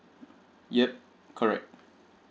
yup correct